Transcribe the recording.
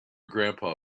grandpa